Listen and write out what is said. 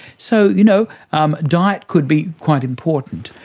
so you know um diet could be quite important.